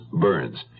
burns